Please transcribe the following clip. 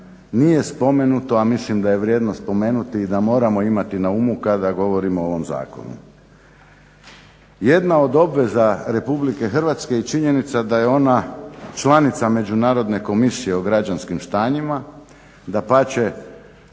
nije spomenuto a mislim da je vrijednost spomenuti i da moramo imati na umu kada govorimo o ovom zakonu. Jedna od obveza RH je činjenica da je ona članica Međunarodne komisije o građanskim stanjima, dapače